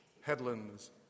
headlands